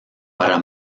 para